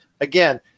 again